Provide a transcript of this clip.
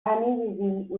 uneasy